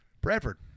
Bradford